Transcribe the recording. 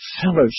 fellowship